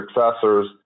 successors